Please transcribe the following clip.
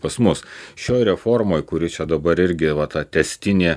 pas mus šioj reformoj kuri čia dabar irgi va ta tęstinė